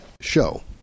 show